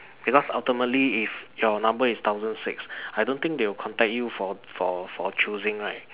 because ultimately if your number is thousand six I don't think they will contact you for for for choosing right